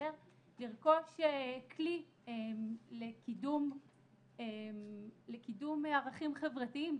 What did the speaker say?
בדצמבר כלי לקידום ערכים חברתיים,